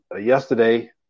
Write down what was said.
yesterday